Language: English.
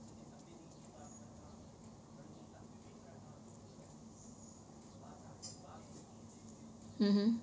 mmhmm